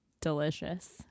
delicious